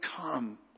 come